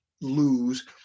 lose